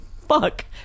fuck